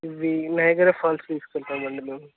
ఇవి నయాగరా ఫాల్స్కి తీసుకు వెళ్తాం అండి మేము